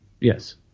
Yes